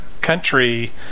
country